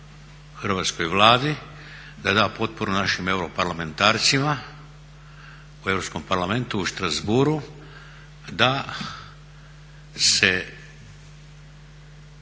hrvatskoj Vladi, da da potporu našim europarlamentarcima u Europskom parlamentu, u Strasbourgu, da se